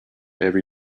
every